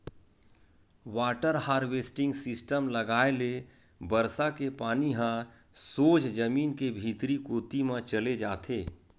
water harvesting system लगाए ले बरसा के पानी ह सोझ जमीन के भीतरी कोती म चल देथे